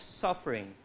suffering